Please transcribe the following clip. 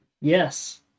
Yes